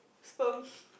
sperms